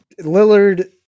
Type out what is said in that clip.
Lillard